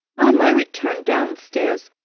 on my return downstairs,